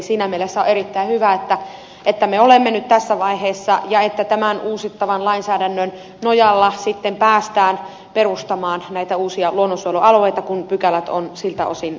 siinä mielessä on erittäin hyvä että me olemme nyt tässä vaiheessa ja että tämän uusittavan lainsäädännön nojalla sitten päästään perustamaan näitä uusia luonnonsuojelualueita kun pykälät ovat siltä osin kunnossa